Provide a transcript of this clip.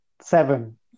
seven